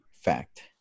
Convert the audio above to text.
fact